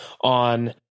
on